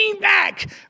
back